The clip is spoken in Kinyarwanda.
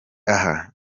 aho